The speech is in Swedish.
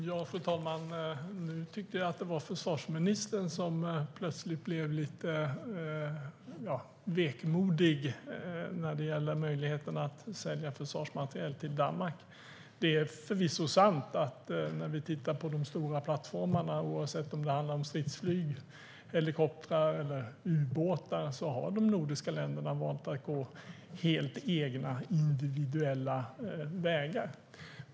Fru talman! Nu tycker jag att det var försvarsministern som plötsligt blev lite vekmodig när det gäller möjligheten att sälja försvarsmateriel till Danmark.Det är förvisso sant när vi tittar på de stora plattformarna, oavsett om det handlar om stridsflyg, helikoptrar eller ubåtar, att de nordiska länderna har valt att gå helt egna, individuella vägar.